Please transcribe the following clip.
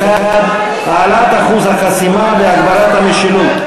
61) (העלאת אחוז החסימה והגברת המשילות),